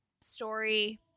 story